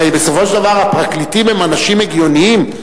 הרי בסופו של דבר הפרקליטים הם אנשים הגיוניים,